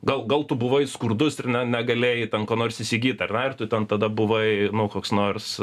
gal gal tu buvai skurdus ir ne negalėjai ten ko nors įsigyt ar ne ir tu ten tada buvai koks nors